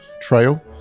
trail